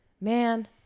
man